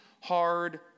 hard